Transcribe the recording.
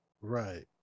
Right